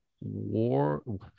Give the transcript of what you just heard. war